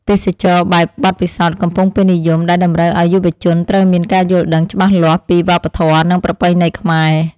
ទេសចរណ៍បែបបទពិសោធន៍កំពុងពេញនិយមដែលតម្រូវឱ្យយុវជនត្រូវមានការយល់ដឹងច្បាស់លាស់ពីវប្បធម៌និងប្រពៃណីខ្មែរ។